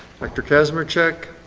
dr. kazmierczak.